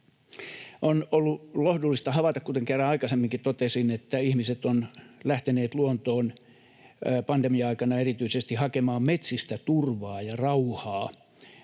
On ollut lohdullista havaita, kuten kerran aikaisemminkin totesin, että ihmiset ovat lähteneet luontoon pandemia-aikana erityisesti hakemaan metsistä turvaa ja rauhaa